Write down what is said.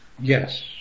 Yes